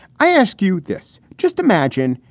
i ask you this. just imagine,